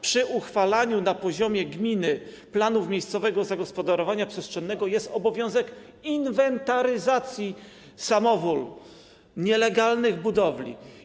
Przy uchwalaniu na poziomie gminy planów miejscowego zagospodarowania przestrzennego jest obowiązek inwentaryzacji samowoli, nielegalnych budowli.